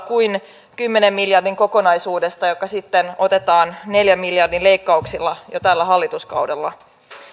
kuin kymmenen miljardin kokonaisuudesta joka sitten otetaan neljän miljardin leikkauksilla jo tällä hallituskaudella